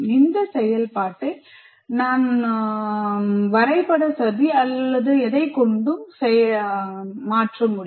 இந்த செயல்பாட்டை நான் வரைப்படம் மற்றும் எதைக்கொண்டும் மாற்ற முடியும்